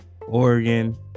Oregon